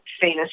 famous